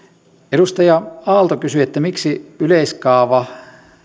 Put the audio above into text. edustaja aalto kysyi miksi yleiskaava